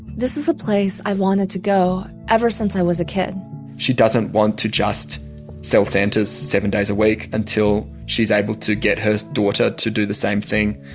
this is a place i've wanted to go ever since i was a kid she doesn't want to just sell santas seven days a week until she's able to get her daughter to do the same thing,